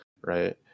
right